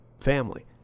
family